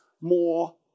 more